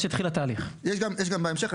יש גם בהמשך,